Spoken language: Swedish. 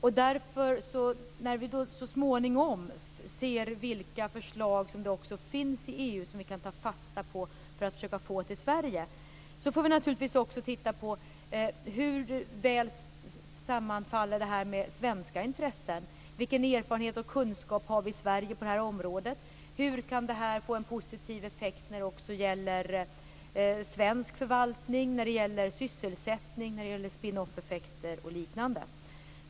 Så småningom ser vi vilka förslag som finns i EU och som vi kan ta fasta på när det gäller vilket eller vilka organ vi skall försöka få till Sverige. Då måste vi naturligtvis också titta på hur väl det sammanfaller med svenska intressen. Vilken erfarenhet och kunskap har vi i Sverige på det här området? Hur kan det här få en positiv effekt också när det gäller svensk förvaltning, sysselsättning, spin-off-effekter och liknande?